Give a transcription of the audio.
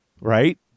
Right